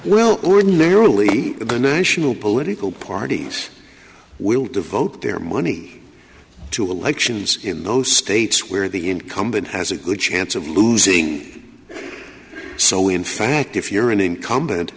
well ordinarily the national political parties will devote their money to elections in those states where the incumbent has a good chance of losing so in fact if you're an incumb